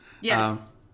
Yes